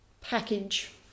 package